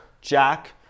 Jack